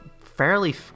fairly